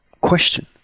question